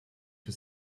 for